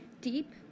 deep